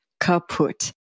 kaput